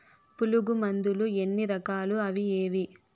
పులుగు మందులు ఎన్ని రకాలు అవి ఏవి?